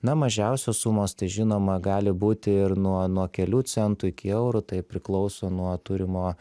na mažiausios sumos tai žinoma gali būti ir nuo nuo kelių centų iki eurų tai priklauso nuo turimo